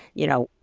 you know,